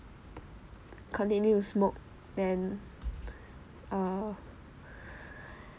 continue to smoke then uh